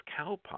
cowpox